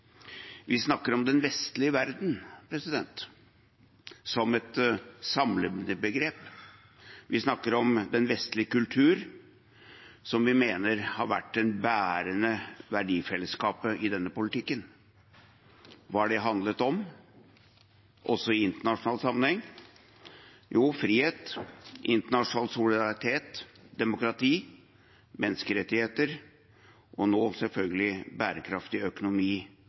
Vi snakker om den vestlige verden som et samlebegrep. Vi snakker om den vestlige kultur, som vi mener har vært det bærende verdifellesskapet i denne politikken. Hva har det handlet om, også i internasjonal sammenheng? Jo, det har handlet om frihet, internasjonal solidaritet, demokrati, menneskerettigheter og nå selvfølgelig bærekraftig økonomi